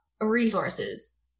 resources